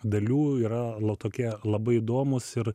dalių yra tokie labai įdomūs ir